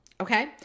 Okay